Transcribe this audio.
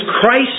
Christ